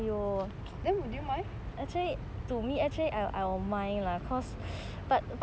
then do you mind